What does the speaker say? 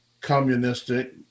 communistic